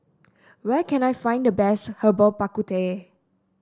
where can I find the best Herbal Bak Ku Teh